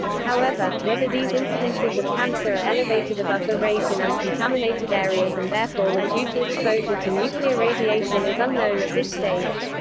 however, whether these incidences of cancer are elevated above the rate in un-contaminated areas and therefore were due to exposure to nuclear radiation is unknown at this stage.